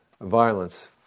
violence